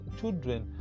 children